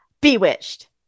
bewitched